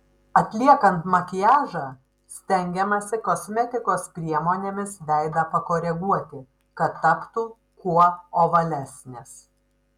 atliekant makiažą stengiamasi kosmetikos priemonėmis veidą pakoreguoti kad taptų kuo ovalesnis